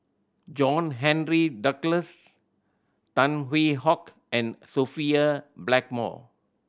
John Henry Duclos Tan Hwee Hock and Sophia Blackmore